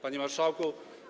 Panie Marszałku!